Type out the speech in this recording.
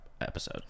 episode